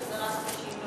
או שזה רק מחלפים?